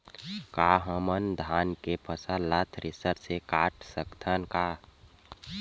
का हमन धान के फसल ला थ्रेसर से काट सकथन का?